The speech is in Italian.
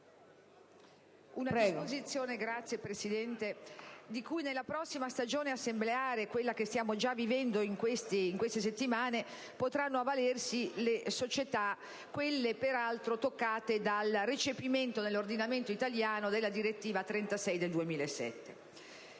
Una disposizione di cui nella prossima stagione assembleare, che stiamo già vivendo in queste settimane, potranno avvalersi le società toccate dal recepimento nell'ordinamento italiano della direttiva n. 36 del 2007.